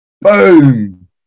boom